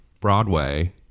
Broadway